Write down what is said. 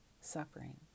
suffering